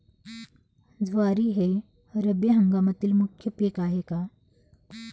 ज्वारी हे रब्बी हंगामातील मुख्य पीक आहे का?